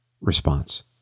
response